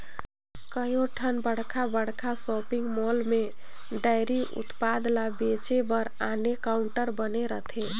कयोठन बड़खा बड़खा सॉपिंग मॉल में डेयरी उत्पाद ल बेचे बर आने काउंटर बने रहथे